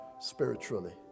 spiritually